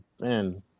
man